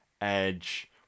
Edge